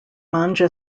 manga